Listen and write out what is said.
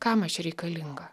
kam aš reikalinga